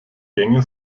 gänge